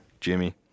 Jimmy